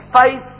faith